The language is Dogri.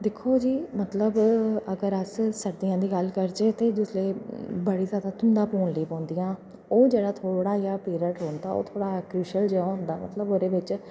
दिक्खो जी मतलब अगर अस सर्दियें दी गल्ल करचै चे जिसलै बड़ी जैदा धुंधा पौन लगदियां ओह् जेह्ड़ा थोह्ड़ा जेहा पीरियड रौंह्दा ओह् अग्गें पिच्छें जेहा होंदा मतलब ओह्दे बिच